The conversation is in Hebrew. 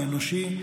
האנושי,